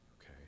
okay